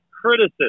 criticism